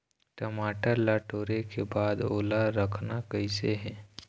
टमाटर ला टोरे के बाद ओला रखना कइसे हे?